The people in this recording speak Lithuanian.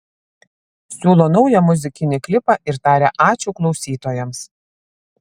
siūlo naują muzikinį klipą ir taria ačiū klausytojams